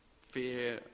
fear